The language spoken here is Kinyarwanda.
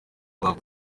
babo